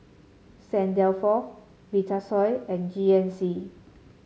Saint Dalfour Vitasoy and G N C